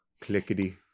Clickety